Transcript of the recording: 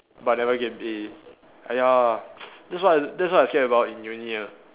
but I never get an A !aiya! that's what that's what I fear about in uni ah